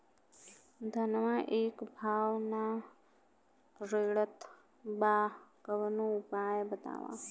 धनवा एक भाव ना रेड़त बा कवनो उपाय बतावा?